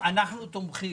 אנחנו תומכים.